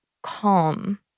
calm